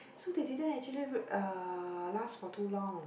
so they didn't actually uh last for too long